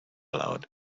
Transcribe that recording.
allowed